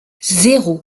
zéro